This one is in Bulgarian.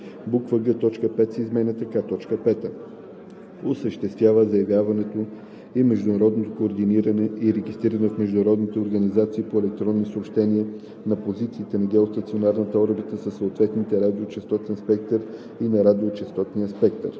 точка 5 се изменя така: „5. осъществява заявяването и международното координиране и регистриране в международни организации по електронни съобщения на позиции на геостационарната орбита със съответния радиочестотен спектър и на радиочестотния спектър,